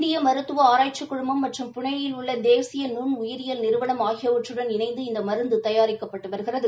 இந்திய மருத்துவ ஆராய்ச்சி குழுமம் மற்றும் புனேயில் உள்ள தேசிய நுண் உயிரியல் நிறுவனம் ஆகியவற்றுடன் இணைந்து இந்த மருந்து தயாரிக்கப்பட்டு வருகிறது